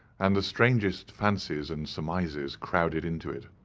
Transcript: and the strangest fancies and surmises crowded into it.